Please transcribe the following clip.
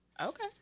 okay